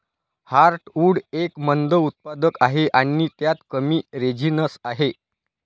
heartwood एक मंद उत्पादक आहे आणि त्यात कमी रेझिनस आहे